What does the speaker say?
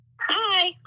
Hi